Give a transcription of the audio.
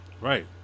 Right